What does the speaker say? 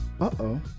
uh-oh